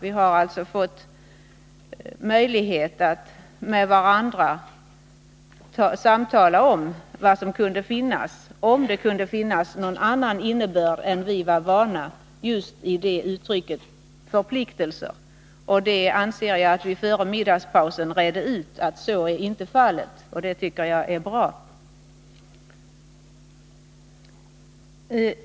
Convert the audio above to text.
Vi har fått möjlighet att samtala med varandra om huruvida det kunde finnas någon annan innebörd i begreppet ”förpliktelser” än den som vi varit vana vid. Jag anser att det före middagspausen reddes ut att så inte är fallet, och det tycker jag är bra.